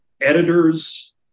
editors